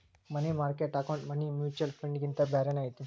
ಮನಿ market account money mutual ಫಂಡ್ಗಿಂತ ಬ್ಯಾರೇನ ಐತಿ